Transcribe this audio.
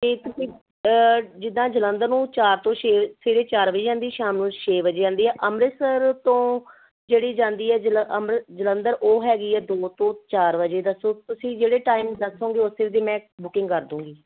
ਅਤੇ ਤੁਸੀਂ ਜਿੱਦਾਂ ਜਲੰਧਰੋਂ ਚਾਰ ਤੋਂ ਛੇ ਸਵੇਰੇ ਚਾਰ ਵਜੇ ਆਉਂਦੀ ਸ਼ਾਮ ਨੂੰ ਛੇ ਵਜੇ ਆਉਂਦੀ ਆ ਅੰਮ੍ਰਿਤਸਰ ਤੋਂ ਜਿਹੜੀ ਜਾਂਦੀ ਹੈ ਜਲੰਧਰ ਉਹ ਹੈਗੀ ਹੈ ਦੋ ਤੋਂ ਚਾਰ ਵਜੇ ਦੱਸੋ ਤੁਸੀਂ ਜਿਹੜੇ ਟਾਈਮ ਦੱਸੋਗੇ ਉਸ ਦੀ ਮੈਂ ਬੁਕਿੰਗ ਕਰ ਦੂਗੀ